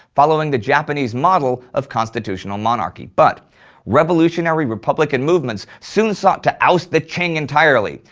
following the japanese model of constitutional monarchy, but revolutionary republican movements soon sought to oust the qing entirely.